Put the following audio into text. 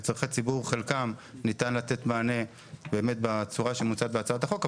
צרכי ציבור חלקם ניתן לתת מענה באמת בצורה שמוצעת בהצעת החוק.